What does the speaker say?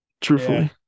Truthfully